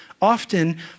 Often